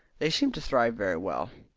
they seem to thrive very well.